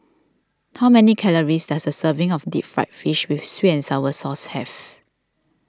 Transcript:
how many calories does a serving of Deep Fried Fish with Sweet and Sour Sauce have